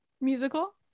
musical